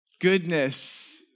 goodness